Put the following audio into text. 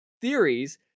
theories